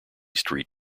street